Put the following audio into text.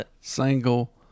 single